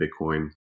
Bitcoin